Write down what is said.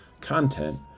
content